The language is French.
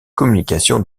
communications